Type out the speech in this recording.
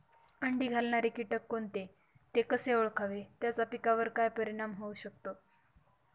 अंडी घालणारे किटक कोणते, ते कसे ओळखावे त्याचा पिकावर काय परिणाम होऊ शकतो?